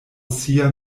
sia